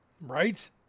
right